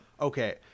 Okay